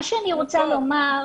מה שאני רוצה לומר,